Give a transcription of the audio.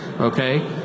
okay